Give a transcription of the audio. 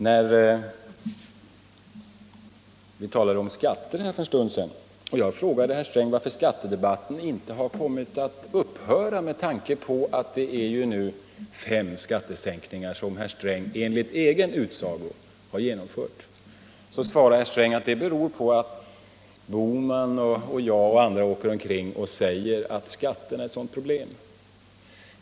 När vi talade om skatter för en stund sedan och jag frågade herr Sträng varför skattedebatten inte hade kommit att upphöra — med tanke på att det nu är fem skattesänkningar som herr Sträng, enligt egen utsago, har genomfört — svarade herr Sträng att det beror på att herr Bohman, jag och andra åker omkring och säger att skatterna är ett stort problem.